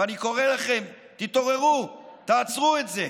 ואני קורא לכם: התעוררו, תעצרו את זה.